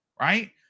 right